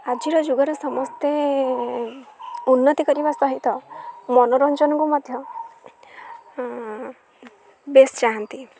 ଆଜିର ଯୁଗରେ ସମସ୍ତେ ଉନ୍ନତି କରିବା ସହିତ ମନୋରଞ୍ଜନକୁ ମଧ୍ୟ ବେଶ ଚାହାନ୍ତି